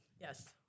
Yes